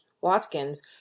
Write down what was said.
Watkins